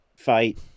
fight